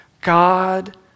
God